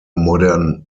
modern